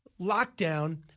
lockdown